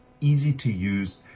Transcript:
easy-to-use